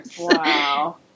Wow